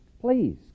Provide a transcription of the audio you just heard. Please